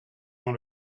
dans